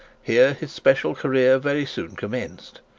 here his special career very soon commenced.